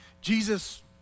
Jesus